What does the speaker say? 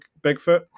Bigfoot